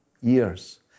years